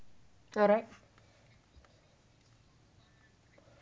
correct